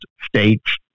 states